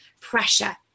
pressure